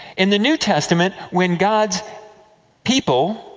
in the new testament, when god's people,